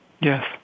Yes